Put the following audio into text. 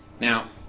Now